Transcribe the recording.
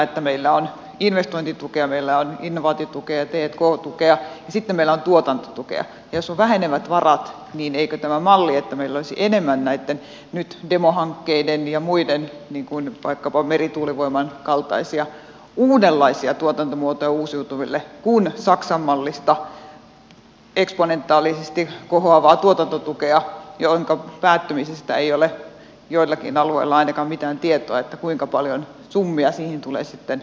kun meillä on investointitukea meillä on innovaatiotukea ja t k tukea ja sitten meillä on tuotantotukea niin jos on vähenevät varat niin eikö olisi parempi tämä malli että meillä olisi nyt enemmän näitten demohankkeiden ja muiden niin kuin vaikkapa merituulivoiman kaltaisia uudenlaisia tuotantomuotoja uusiutuville kuin saksan mallista eksponentiaalisesti kohoavaa tuotantotukea jonka päättymisestä ei ole joillakin alueilla ainakaan mitään tietoa että kuinka paljon summia siihen tulee sitten käytetyksi